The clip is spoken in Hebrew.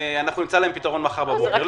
אנחנו נמצא להם פתרון מחר בבוקר,